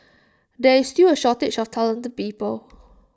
there is still A shortage of talented people